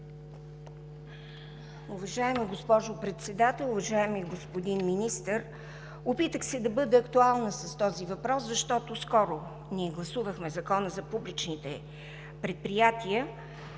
Уважаема госпожо Председател! Уважаеми господин Министър, опитах се да бъда актуална с този въпрос, защото скоро ние гласувахме Закона за публичните предприятия.